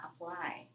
apply